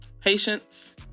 patience